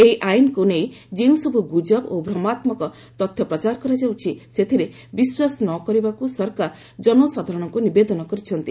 ଏହି ଆଇନକୁ ନେଇ ଯେଉଁସବୁ ଗୁଜବ ଓ ଭ୍ରମାତ୍ମକ ତଥ୍ୟ ପ୍ରଚାର କରାଯାଉଛି ସେଥିରେ ବିଶ୍ୱାସ ନ କରିବାକୁ ସରକାର ଜନସାଧାରଣଙ୍କୁ ନିବେଦନ କରିଛନ୍ତି